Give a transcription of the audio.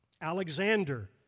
Alexander